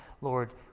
Lord